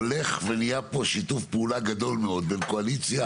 הולך ונהיה פה שיתוף פעולה גדול מאוד בין קואליציה